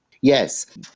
Yes